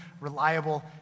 reliable